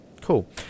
Cool